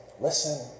listen